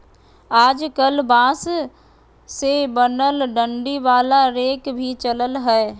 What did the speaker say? आजकल बांस से बनल डंडी वाला रेक भी चलल हय